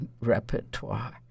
repertoire